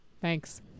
thanks